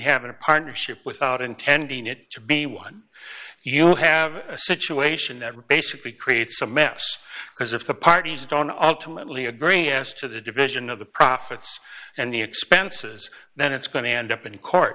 have a partnership without intending it to be one you have a situation that basically creates a mess because if the parties don't ultimately agree as to the division of the profits and the expenses then it's going to end up in court